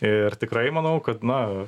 ir tikrai manau kad na